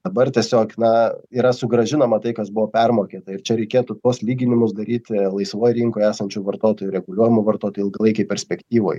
dabar tiesiog na yra sugrąžinama tai kas buvo permokėta ir čia reikėtų tuos lyginimus daryti laisvoj rinkoj esančių vartotojų reguliuojamų vartotojų ilgalaikėj perspektyvoj